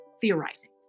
theorizing